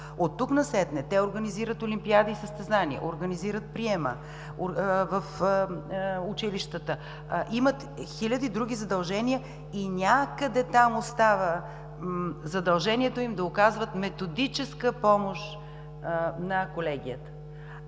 От тук насетне те организират олимпиади и състезания, организират приема в училищата. Имат хиляди други задължения и някъде там остава задължението им да оказвам методическа помощ на колегията.